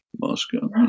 Moscow